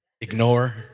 ignore